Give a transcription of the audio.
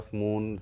moon